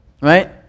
Right